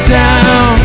down